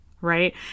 right